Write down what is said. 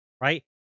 right